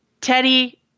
teddy